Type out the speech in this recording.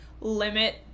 limit